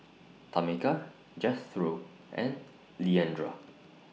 Tameka Jethro and Leandra